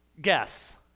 Guess